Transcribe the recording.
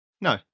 No